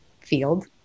field